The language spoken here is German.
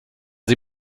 sie